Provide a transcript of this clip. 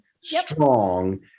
Strong